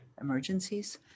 emergencies